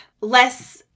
less